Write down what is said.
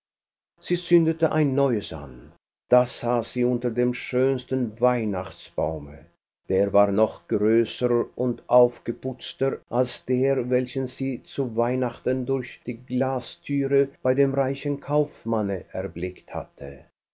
sie zündete ein neues an da saß sie unter dem schönsten weihnachtsbaume der war noch größer und aufgeputzter als der welchen sie zu weihnachten durch die glasthüre bei dem reichen kaufmanne erblickt hatte